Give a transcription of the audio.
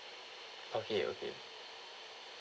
okay okay